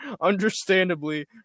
understandably